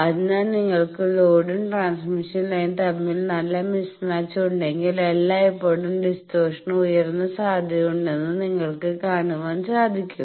അതിനാൽ നിങ്ങൾക്ക് ലോഡും ട്രാൻസ്മിഷൻ ലൈനും തമ്മിൽ നല്ല മിസ്മാച്ച് ഉണ്ടെങ്കിൽ എല്ലായ്പ്പോഴും ഡിസ്റ്റോർഷൻന് ഉയർന്ന സാധ്യതയുണ്ടെന്ന് നിങ്ങൾക്ക് കാണുവാൻ സാധിക്കും